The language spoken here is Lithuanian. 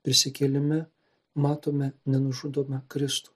prisikėlime matome nenužudomą kristų